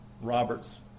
Roberts